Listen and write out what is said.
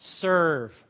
Serve